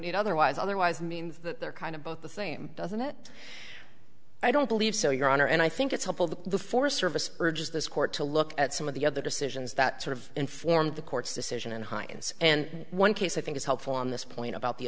need otherwise otherwise means that they're kind of both the same doesn't it i don't believe so your honor and i think it's helpful that the forest service urges this court to look at some of the other decisions that sort of informed the court's decision in hindsight and one case i think is helpful on this point about the